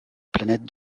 planète